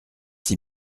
six